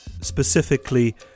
specifically